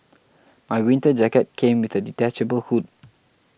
my winter jacket came with a detachable hood